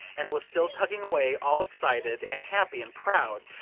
and was still tugging away, all excited and happy and proud,